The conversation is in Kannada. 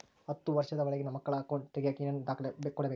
ಹತ್ತುವಷ೯ದ ಒಳಗಿನ ಮಕ್ಕಳ ಅಕೌಂಟ್ ತಗಿಯಾಕ ಏನೇನು ದಾಖಲೆ ಕೊಡಬೇಕು?